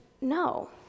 no